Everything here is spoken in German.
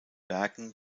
werken